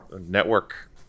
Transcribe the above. network